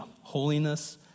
holiness